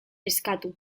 eskatu